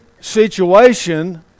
situation